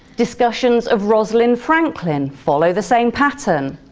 discussions of rosalind franklin follow the same pattern.